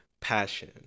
passion